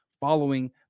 following